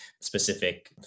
specific